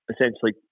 essentially